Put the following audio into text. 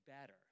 better